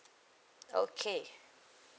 okay